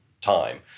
time